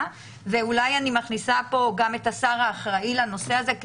ואולי אני מכניסה כאן גם את השר האחראי לנושא הזה.